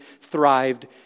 thrived